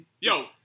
yo